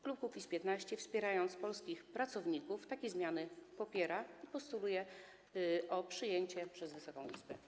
Klub Kukiz’15, wspierając polskich pracowników, takie zmiany popiera i postuluje ich przyjęcie przez Wysoką Izbę.